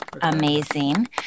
amazing